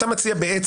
אתה בעצם מציע,